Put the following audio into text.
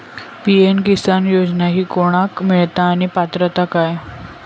PM किसान योजना ही कोणाक मिळता आणि पात्रता काय?